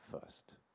first